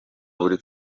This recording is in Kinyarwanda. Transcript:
buri